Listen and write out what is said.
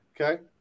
Okay